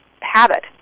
habit